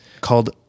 called